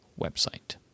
website